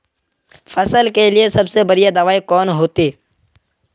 फसल के लिए सबसे बढ़िया दबाइ कौन होते?